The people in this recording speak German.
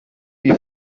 wie